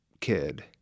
kid